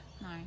no